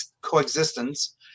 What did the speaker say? Coexistence